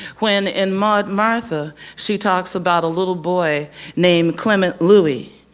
when in maud martha she talks about a little boy named clement louie.